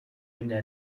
minder